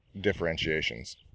differentiations